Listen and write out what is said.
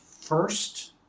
first